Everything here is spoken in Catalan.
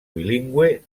bilingüe